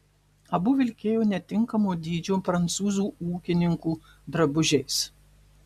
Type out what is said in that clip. abu vilkėjo netinkamo dydžio prancūzų ūkininkų drabužiais